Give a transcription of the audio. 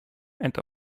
and